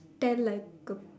tell like a